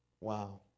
Wow